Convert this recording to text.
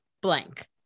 blank